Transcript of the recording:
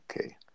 Okay